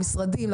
למשרדים,